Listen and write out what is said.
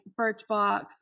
Birchbox